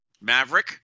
Maverick